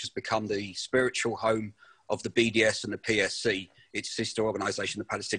הזו של BDS ולצערי הדברים לא השתפרו מאז.